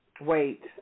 Wait